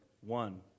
one